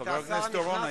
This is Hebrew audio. חבר הכנסת אורון,